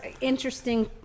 interesting